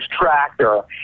tractor